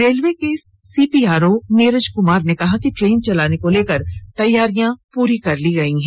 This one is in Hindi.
रेलवे के सीपीआरओ नीरज क्मार ने कहा कि ट्रेन चलाने को लेकर तैयारी पूरी हो गई है